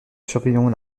surveillant